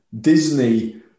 Disney